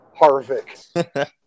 Harvick